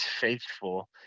faithful